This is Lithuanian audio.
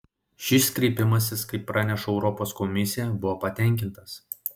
šis kreipimasis kaip praneša europos komisija buvo patenkintas